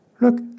Look